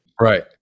Right